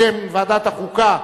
בשם ועדת החוקה,